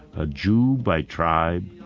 a jew by tribe,